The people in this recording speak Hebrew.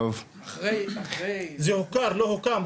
זה הוכר, לא הוקם.